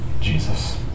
Jesus